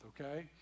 okay